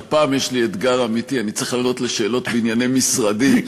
שהפעם יש לי אתגר אמיתי: אני צריך לענות על שאלות בענייני משרדי.